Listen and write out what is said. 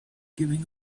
giving